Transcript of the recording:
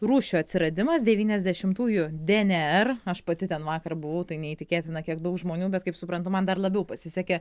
rūšių atsiradimas devyniasdešimtųjų dnr aš pati ten vakar buvau tai neįtikėtina kiek daug žmonių bet kaip suprantu man dar labiau pasisekė